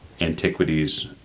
Antiquities